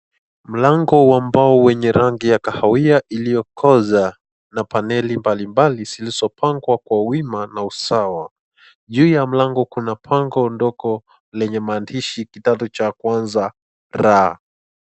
Mlango wa mbao wenye rangi ya kahawia, iliyokoza na paneli mbali mbali, lizopangwa kwenye wima na usawa. Juu ya mlango kuna pango ndogo lenye maandishi kidato cha kwanza R.